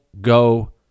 go